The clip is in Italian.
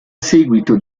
seguito